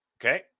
Okay